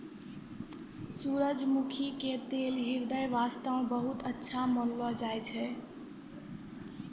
सूरजमुखी के तेल ह्रदय वास्तॅ बहुत अच्छा मानलो जाय छै